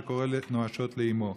שקרא נואשות לאימו.